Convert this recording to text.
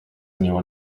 anyone